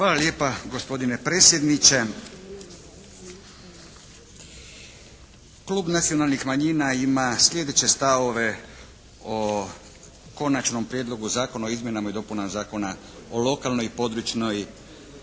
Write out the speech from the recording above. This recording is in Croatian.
Hvala lijepa gospodine predsjedniče. Klub nacionalnih manjina ima slijedeće stavove o Končanom prijedlogu zakona o izmjenama i dopunama Zakona o lokalnoj i područnoj,